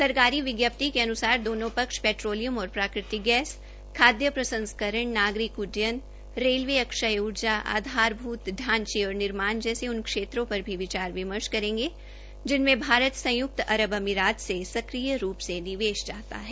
सरकारी विज्ञप्ति के अनुसार दोनो पक्ष पेट्रोलियम और प्राकृतिक गैस खाद्य प्रसंस्करण नागरिक उड्डयन रेलवे अक्षय उर्जा आधारभूत ढांचे और निर्माण जैसे उन क्षेत्रों पर भी विचार विमर्श करेंगे जिनमें भारत संयुक्त अरब अमीरात से सक्रिय रूप से निवेश चाहता है